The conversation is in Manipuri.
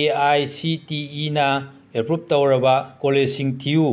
ꯑꯦ ꯑꯥꯏ ꯁꯤ ꯇꯤ ꯏꯅ ꯑꯦꯄ꯭ꯔꯨꯕ ꯇꯧꯔꯕ ꯀꯣꯂꯦꯁꯁꯤꯡ ꯊꯤꯌꯨ